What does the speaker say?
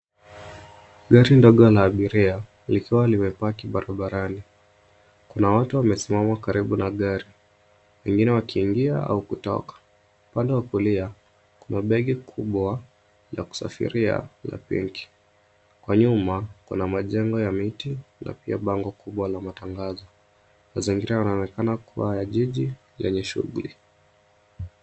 Gari ndogo la abiria likiwa limepaki barabarani. Kuna watu wamesimama karibu na gari, wengine wakiingia au kutoka. Pande la kulia, kuna begi kubwa ya kusafiria la pinki. Kwa nyuma kuna majengo ya miti na pia bango kubwa la matangazo. Mazingira yanaonekana kuwa ya jiji lenye shuguli.